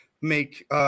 make